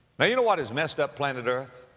now you know what has messed up planet earth?